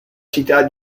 città